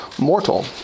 mortal